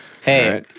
Hey